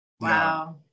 Wow